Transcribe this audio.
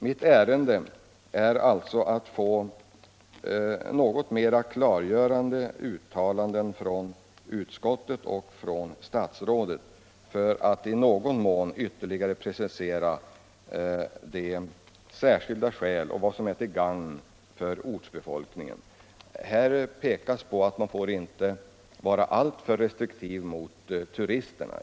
Mitt ärende är alltså att få något mera klargörande uttalanden av utskottets ordförande och statsrådet och åtminstone i någon mån mera preciserade uppgifter på vad som kan anses vara ”särskilda skäl” och vad som är ”till gagn för ortsbefolkningen”. I betänkandet anförs också att man inte får vara alltför restriktiv mot turisterna.